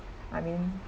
I mean